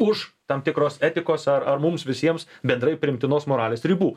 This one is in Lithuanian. už tam tikros etikos ar ar mums visiems bendrai priimtinos moralės ribų